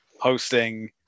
hosting